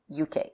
UK